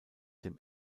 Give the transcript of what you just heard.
dem